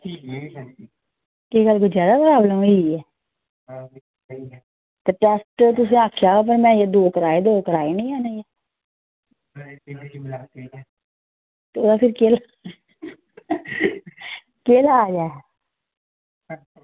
केह् गल्ल कोई जादा प्रॉब्लम होई दी ऐ ते टेस्ट तुसें आक्खेआ दौ कराये पर दौ कराये निं हैन अजें ते ओह्दा केह् केह् लाज़ ऐ